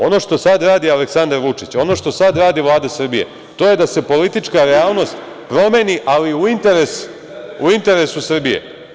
Ono što sad radi Aleksandar Vučić, ono što sad radi Vlada Srbije, to je da se politička realnost promeni ali u interesu Srbije.